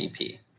EP